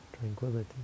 tranquility